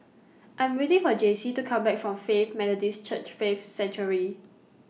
I'm waiting For Jacey to Come Back from Faith Methodist Church Faith Sanctuary